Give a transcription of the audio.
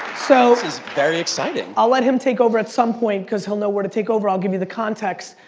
so is is very exciting. i'll let him take over at some point, cause he'll know where to take over, i'll give you the context.